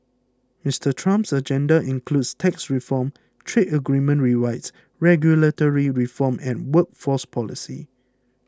Mister Trump's agenda includes tax reform trade agreement rewrites regulatory reform and workforce policy